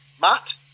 Matt